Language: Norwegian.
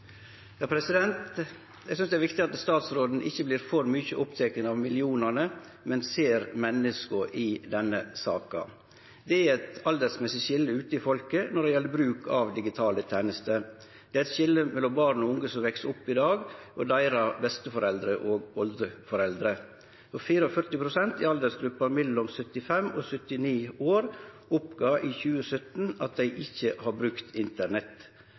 Eg synest det er viktig at statsråden ikkje vert for mykje oppteken av millionane, men ser menneska i denne saka. Det er eit aldersskilje ute i folket når det gjeld bruk av digitale tenester. Det er eit skilje mellom barn og unge som veks opp i dag, og deira besteforeldre og oldeforeldre. 44 pst. i aldersgruppa mellom 75 år og 79 år melde i 2017 at dei ikkje har brukt internett,